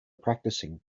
practicing